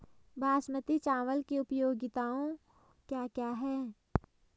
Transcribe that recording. बासमती चावल की उपयोगिताओं क्या क्या हैं?